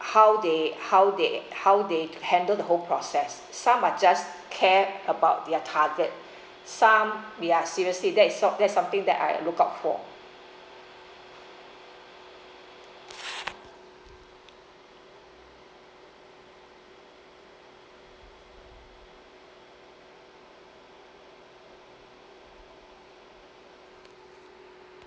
how they how they how they handle the whole process some are just care about their target some they are seriously that is some~ that is something that I look out for